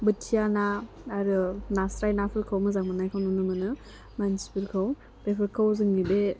बोथिया ना आरो नास्राइ नाफोरखौ मोजां मोननायखौ नुनो मोनो मानसिफोरखौ बेफोरखौ जोंनि बे